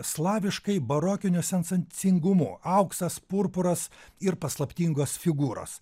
slaviškai barokinio sensacingumu auksas purpuras ir paslaptingos figūros